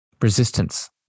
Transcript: resistance